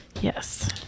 yes